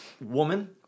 woman